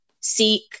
seek